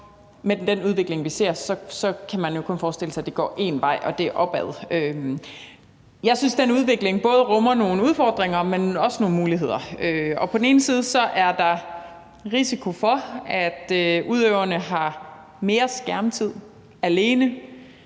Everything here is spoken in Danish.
med den udvikling, som vi ser, kan man jo kun forestille sig, at det går én vej, og det er opad. Jeg synes, at den udvikling både rummer nogle udfordringer, men også nogle muligheder. På den ene side er der en risiko for, at udøverne har mere skærmtid alene